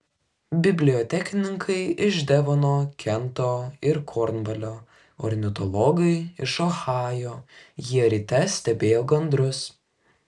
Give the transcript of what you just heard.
bibliotekininkai iš devono kento ir kornvalio ornitologai iš ohajo jie ryte stebėjo gandrus